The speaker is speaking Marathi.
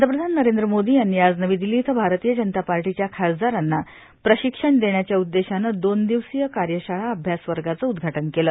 पंतप्रधान नरेंद्र मोदी यांनी आज नवी दिल्ली इथं भारतीय जनता पार्शीच्या खासदारांना प्रशिक्षण देण्याच्या उद्देशानं दोन दिवसीय कार्यशाळा अभ्यास वर्गाचं उद्घा न केलं